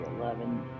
eleven